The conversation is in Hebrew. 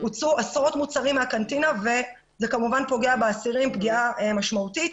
הוצאו עשרות מוצרים מהקנטינה וכמובן זה פוגע באסירים פגיעה משמעותית.